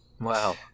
Wow